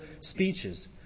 speeches